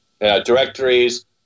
Directories